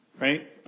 right